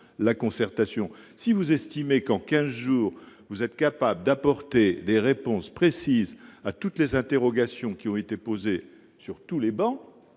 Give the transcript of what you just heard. la concertation. Si vous estimez que, en quinze jours, vous êtes capable d'apporter des réponses précises à toutes les interrogations qui ont été soulevées, depuis toutes les travées,